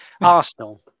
Arsenal